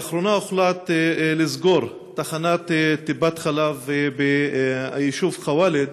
לאחרונה הוחלט לסגור תחנת טיפת חלב ביישוב ח'וואלד.